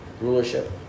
rulership